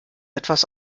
etwas